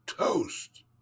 Toast